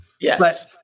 Yes